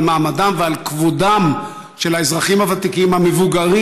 על מעמדם ועל כבודם של האזרחים הוותיקים המבוגרים